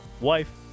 wife